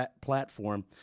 platform